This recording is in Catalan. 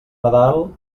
nadal